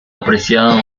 apreciado